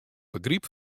begryp